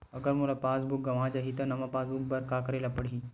अगर मोर passbook गवां जाहि त नवा पास बुक बर का करे ल पड़हि?